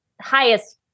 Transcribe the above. highest